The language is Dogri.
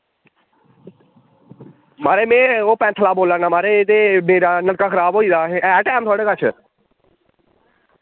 महाराज में ओह् पैंथला बोल्ला ना महाराज एह् ते मेरा नलका खराब होई गेदा ऐ अहें टैम थोआढ़े कच्छ